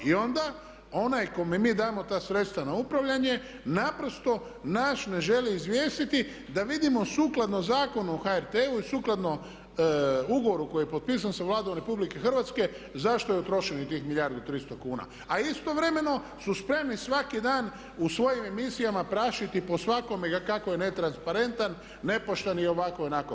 I onda onaj kome mi damo ta sredstva na upravljanje naprosto nas ne želi izvijestiti da vidimo sukladno Zakonu o HRT-u i sukladno ugovoru koji je potpisan sa Vladom RH zašto je utrošenih tih milijardu i 300 kuna a istovremeno su spremni svaki dan u svojim emisijama prašiti po svakome kako je ne transparentan, nepošten i ovako i onako.